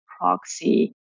proxy